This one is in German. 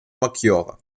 maggiore